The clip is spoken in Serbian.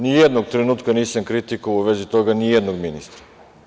Ni jednog trenutka nisam kritikovao u vezi toga ni jednog ministra.